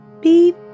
beep